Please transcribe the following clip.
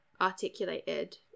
articulated